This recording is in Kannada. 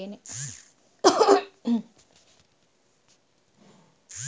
ನಾನು ನನ್ನ ಚೆಕ್ ಬುಕ್ ಅನ್ನು ಪೋಸ್ಟ್ ಮೂಲಕ ಸ್ವೀಕರಿಸಿದ್ದೇನೆ